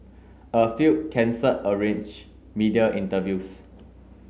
a few cancelled arranged media interviews